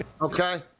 okay